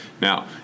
now